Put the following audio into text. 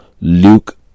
Luke